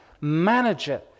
manager